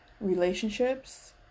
relationships